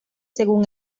según